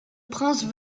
prince